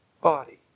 body